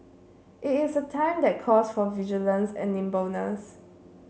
it is a time that calls for vigilance and nimbleness